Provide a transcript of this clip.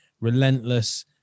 relentless